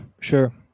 Sure